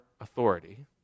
authority